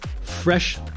fresh